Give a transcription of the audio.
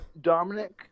Dominic